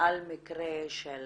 על מקרה של